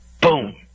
Boom